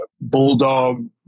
Bulldog